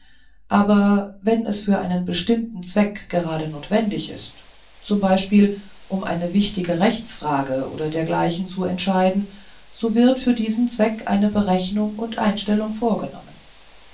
aber wenn es für einen bestimmten zweck gerade notwendig ist zum beispiel um eine wichtige rechtsfrage oder dergleichen zu entscheiden so wird für diesen zweck eine berechnung und einstellung vorgenommen